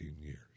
years